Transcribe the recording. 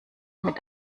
mit